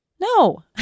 No